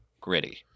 gritty